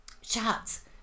Shots